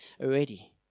already